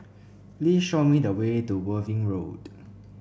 please show me the way to Worthing Road